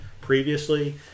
previously